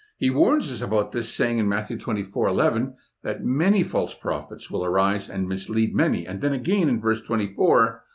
he warns us about this, saying, in matthew twenty four eleven that many false prophets will arise and mislead many, and then again in verse twenty four,